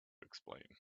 explain